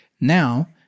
Now